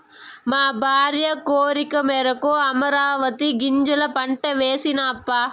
మా భార్య కోరికమేరకు అమరాంతీ గింజల పంట వేస్తినప్పా